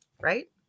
right